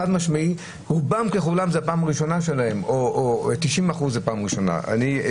חד משמעית רובם ככולם או ל-90% זו הפעם הראשונה שלהם.